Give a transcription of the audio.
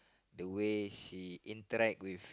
the way she interact with